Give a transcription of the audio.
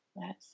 Yes